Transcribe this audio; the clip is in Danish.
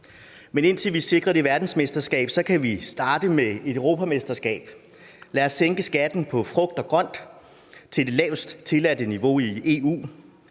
Men indtil vi sikrer det verdensmesterskab, kan vi starte med et europamesterskab. Lad os sænke skatten på frugt og grønt til det lavest tilladte niveau i EU.